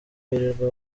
birirwa